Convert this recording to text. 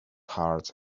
heart